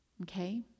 okay